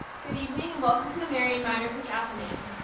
good evening, and welcome to the marian miner cook athenaeum.